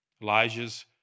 Elijah's